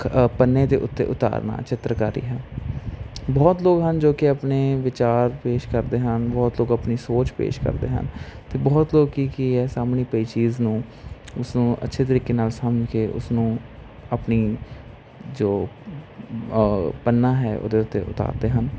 ਪੰਨੇ ਦੇ ਉੱਤੇ ਉਤਾਰਨਾ ਚਿੱਤਰਕਾਰੀ ਹੈ ਬਹੁਤ ਲੋਕ ਹਨ ਜੋ ਕਿ ਆਪਣੇ ਵਿਚਾਰ ਪੇਸ਼ ਕਰਦੇ ਹਨ ਬਹੁਤ ਲੋਕ ਆਪਣੀ ਸੋਚ ਪੇਸ਼ ਕਰਦੇ ਹਨ ਅਤੇ ਬਹੁਤ ਲੋਕ ਕੀ ਹੈ ਸਾਹਮਣੇ ਪਈ ਚੀਜ਼ ਨੂੰ ਉਸਨੂੰ ਅੱਛੇ ਤਰੀਕੇ ਨਾਲ ਸਮਝ ਕੇ ਉਸਨੂੰ ਆਪਣੀ ਜੋ ਪੰਨਾ ਹੈ ਉਹਦੇ ਉੱਤੇ ਉਤਾਰਦੇ ਹਨ